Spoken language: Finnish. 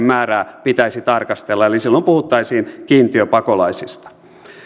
määrää pitäisi tarkastella eli silloin puhuttaisiin kiintiöpakolaisista